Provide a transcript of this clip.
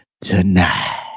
tonight